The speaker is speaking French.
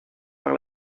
par